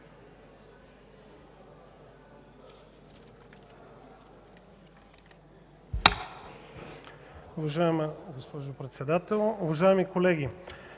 Уважаема госпожо Председател, уважаеми колеги!